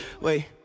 wait